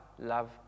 love